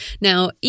Now